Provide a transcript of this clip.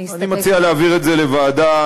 אני מציע להעביר את זה לוועדה,